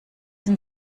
sind